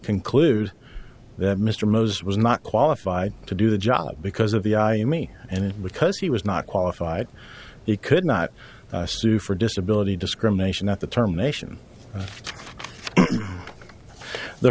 conclude that mr mose was not qualified to do the job because of the i am me and because he was not qualified he could not sue for disability discrimination at the term nation the